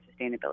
sustainability